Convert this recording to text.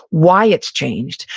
why it's changed,